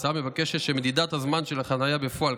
ההצעה מבקשת שמדידת הזמן של החניה בפועל,